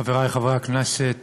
חברי חברי הכנסת,